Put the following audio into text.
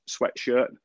sweatshirt